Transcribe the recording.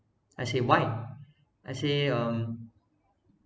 I say why I say um